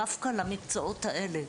דווקא למקצועות האלה,